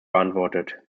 beantwortet